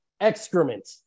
excrement